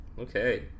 Okay